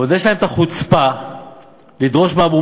ועוד יש להם את החוצפה לדרוש מאבו